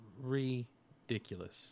ridiculous